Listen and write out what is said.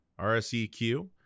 RSEQ